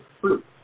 fruit